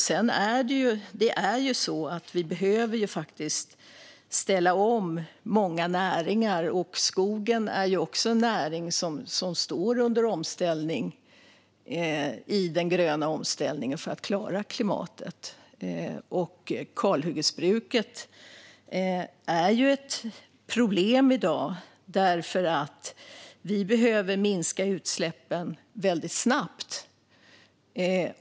Sedan behöver vi faktiskt ställa om många näringar, och skogen är en näring som står under omställning i den gröna omställningen för att man ska klara klimatet. Kalhyggesbruket är ett problem i dag, för vi behöver minska utsläppen väldigt snabbt.